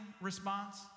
response